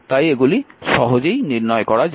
তাই এগুলি সহজেই নির্ণয় করা যাবে